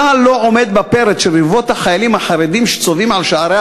צה"ל לא עומד בפרץ של רבבות החיילים החרדים שצובאים על שערי